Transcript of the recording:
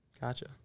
Gotcha